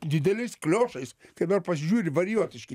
dideliais kaliošais kai dabar pasižiūri varijotiški